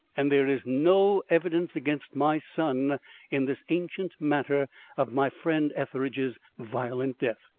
and there is no evidence against my son in this ancient matter of my friend etheridge's violent death,